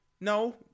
no